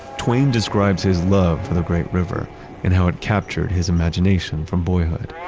twain describes his love for the great river and how it captured his imagination from boyhood.